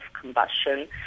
combustion